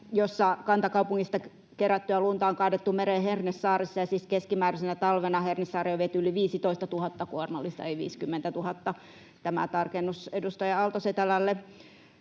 jossa kantakaupungista kerättyä lunta on kaadettu mereen Hernesaaressa, ja siis keskimääräisenä talvena Hernesaareen on viety yli 15 000 kuormallista, ei 50 000 — tämä tarkennus edustaja Aalto-Setälälle.